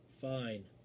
fine